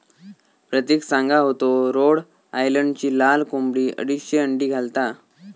प्रतिक सांगा होतो रोड आयलंडची लाल कोंबडी अडीचशे अंडी घालता